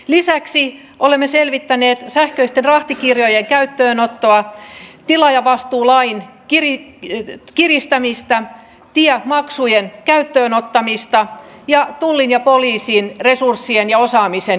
lisäksi olemme selvittäneet sähköisten rahtikirjojen käyttöönottoa tilaajavastuulain kiristämistä tiemaksujen käyttöön ottamista ja tullin ja poliisin resurssien ja osaamisen kehittämistä